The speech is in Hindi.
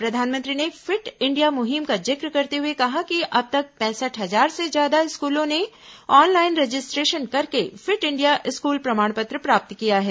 प्रधानमंत्री ने फिट इंडिया मुहिम का जिक्र करते हुए कहा कि अब तक पैंसठ हजार से ज्यादा स्कूलों ने ऑनलाइन रजिस्ट्रेशन करके फिट इंडिया स्कूल प्रमाण पत्र प्राप्त किया है